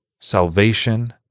Salvation